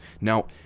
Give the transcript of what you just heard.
now